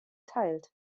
teilt